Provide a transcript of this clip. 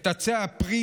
את עצי הפרי,